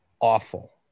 awful